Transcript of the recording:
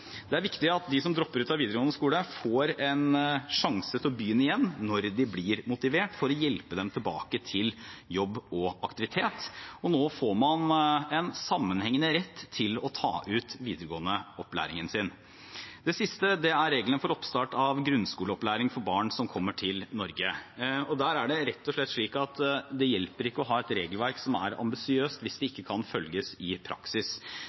Det er viktig at de som dropper ut av videregående skole, får en sjanse til å begynne igjen når de blir motivert, for å hjelpe dem tilbake til jobb og aktivitet. Nå får man en sammenhengende rett til å ta ut videregående opplæring. Det siste gjelder reglene for oppstart av grunnskoleopplæring for barn som kommer til Norge. Der er det rett og slett slik at det hjelper ikke å ha et regelverk som er ambisiøst, hvis det ikke kan følges i praksis.